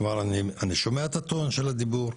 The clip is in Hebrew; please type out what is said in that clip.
כלומר אני שומע את הטון של הדיבור.